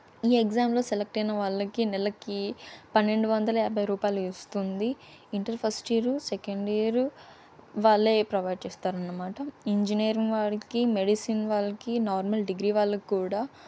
ఈ ఎగ్జామ్లో సెలెక్ట్ అయిన వాళ్ళకి నెలకి పన్నెండు వందల యాభై రూపాయలు ఇస్తుంది inter first year second year వాళ్ళే ప్రొవైడ్ చేస్తారు అన్నమాట ఇంజనీరింగ్ వాడికి మెడిసిన్ వాళ్ళకి నార్మల్ డిగ్రీ వాళ్ళకి కూడా